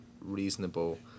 reasonable